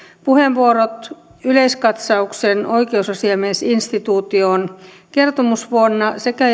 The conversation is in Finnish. puheenvuorot yleiskatsauksen oikeusasiamiesinstituutioon kertomusvuonna sekä